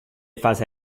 fase